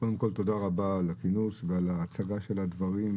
קודם כל תודה רבה על הכינוס ועל ההצגה של הדברים,